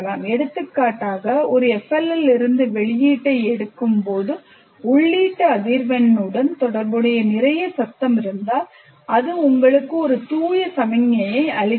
எடுத்துக்காட்டாக நான் ஒரு FLL இலிருந்து வெளியீட்டை எடுக்கும்போது உள்ளீட்டு அதிர்வெண்ணுடன் தொடர்புடைய நிறைய சத்தம் இருந்தால் அது உங்களுக்கு ஒரு தூய சமிக்ஞையை அளிக்கிறது